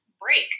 break